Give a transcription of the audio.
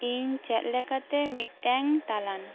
ᱤᱧ ᱪᱮᱫ ᱞᱮᱠᱟᱛᱮ ᱢᱤᱫᱴᱮᱱ ᱛᱟᱞᱟᱱᱟ